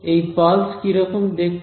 এই পালস কি রকম দেখতে